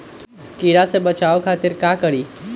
कीरा से बचाओ खातिर का करी?